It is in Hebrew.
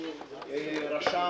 הרשם